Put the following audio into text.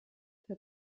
der